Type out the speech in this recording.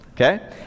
okay